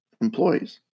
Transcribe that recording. employees